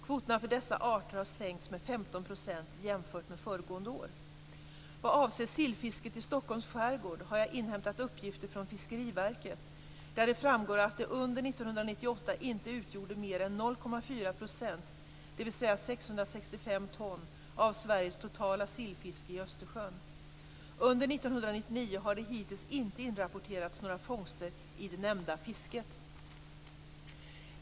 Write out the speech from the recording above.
Kvoterna för dessa arter har sänkts med 15 % Vad avser sillfisket i Stockholms skärgård har jag inhämtat uppgifter från Fiskeriverket där det framgår att det under 1998 inte utgjorde mer än 0,4 %, dvs. 1999 har det hittills inte inrapporterats några fångster i det nämnda fisket.